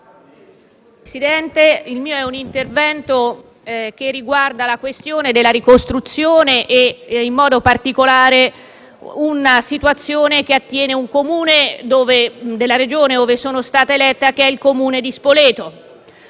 Presidente, il mio è un intervento che riguarda la questione della ricostruzione e, in modo particolare, la situazione di un Comune della Regione ove sono stata eletta, cioè il Comune di Spoleto.